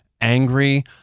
angry